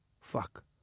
fuck